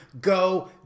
go